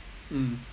mm